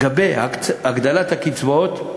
לגבי הגדלת הקצבאות.